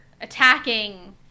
attacking